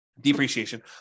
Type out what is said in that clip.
depreciation